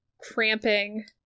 cramping